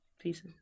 pieces